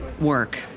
work